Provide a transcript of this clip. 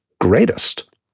greatest